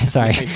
Sorry